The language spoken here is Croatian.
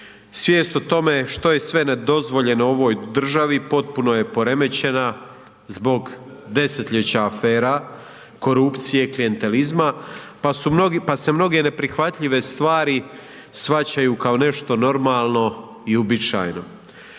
Svijest o tome što je sve nedozvoljeno u ovoj državi potpuno je poremećena zbog desetljeća afera, korupcije, klijentelizma pa se mnoge neprihvatljive stvari shvaćaju kao nešto normalno i uobičajeno.